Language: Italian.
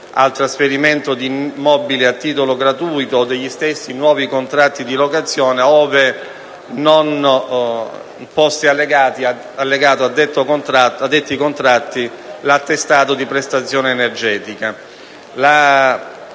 al trasferimento di immobili a titolo gratuito e degli stessi nuovi contratti di locazione ove non vi fosse allegato l'attestato di prestazione energetica.